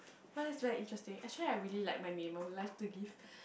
!wah! that's very interesting actually I really like my neighbour who likes to give